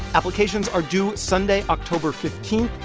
applications are due sunday, october fifteen.